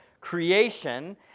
creation